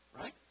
right